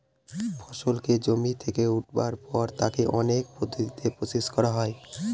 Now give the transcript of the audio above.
ফসলকে জমি থেকে উঠাবার পর তাকে অনেক পদ্ধতিতে প্রসেস করা হয়